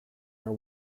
our